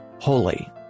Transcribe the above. Holy